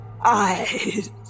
eyes